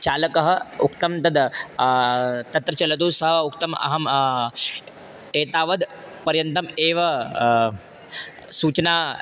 चालकम् उक्तं तद् तत्र चलतु सः उक्तम् अहम् एतावद् पर्यन्तम् एव सूचना